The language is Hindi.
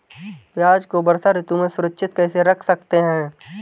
प्याज़ को वर्षा ऋतु में सुरक्षित कैसे रख सकते हैं?